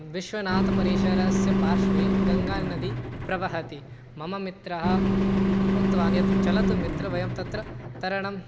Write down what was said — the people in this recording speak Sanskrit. विश्वनाथपरिसरस्य पार्श्वे गङ्गानदी प्रवहति मम मित्रम् उक्तवान् यत् चलत् मित्र तत्र वयं तरणं